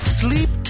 sleep